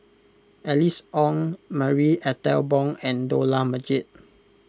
Alice Ong Marie Ethel Bong and Dollah Majid